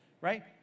right